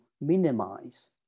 minimize